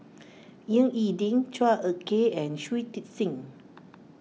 Ying E Ding Chua Ek Kay and Shui Tit Sing